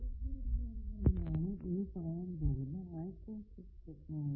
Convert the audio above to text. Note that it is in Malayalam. വേവ് ഗൈഡ് പോലെ തന്നെയാണ് ഇനി പറയാൻ പോകുന്ന മൈക്രോ സ്ട്രിപ്പ് ടെക്നോളജി